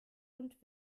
und